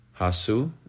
Hasu